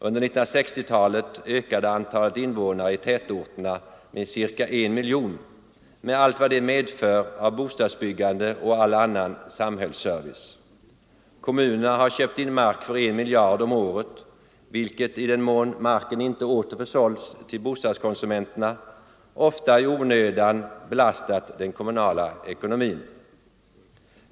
Under 1960-talet ökade antalet invånare i tätorterna med ca en miljon med allt vad det medför av bostadsbyggande och all annan samhällsservice. Kommunerna har köpt in mark för en miljard om året, vilket, i den mån marken inte åter försålts till bostadskonsumenterna, ofta i onödan belastat den kommunala ekonomin.